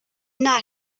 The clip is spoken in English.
not